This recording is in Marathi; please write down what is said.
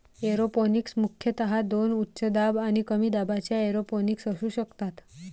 एरोपोनिक्स मुख्यतः दोन उच्च दाब आणि कमी दाबाच्या एरोपोनिक्स असू शकतात